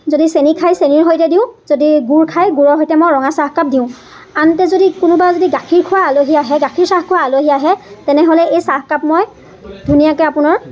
যদি চেনি খায় চেনীৰ সৈতে দিওঁ যদি গুৰ খায় গুৰৰ সৈতে মই ৰঙা চাহকাপ দিওঁ আনহাতে যদি কোনোবা যদি গাখীৰ খোৱা আলহী আহে গাখীৰ চাহ খোৱা আলহী আহে তেনেহ'লে এই চাহকাপ মই ধুনীয়াকৈ আপোনাৰ